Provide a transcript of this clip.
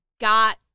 got